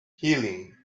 healing